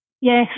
Yes